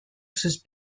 sus